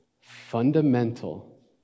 Fundamental